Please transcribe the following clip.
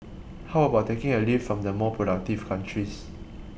how about taking a leaf from the more productive countries